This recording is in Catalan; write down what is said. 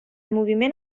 moviment